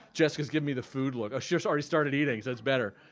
jessica's giving me the food look. she just already started eating so it's better.